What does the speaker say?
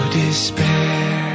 despair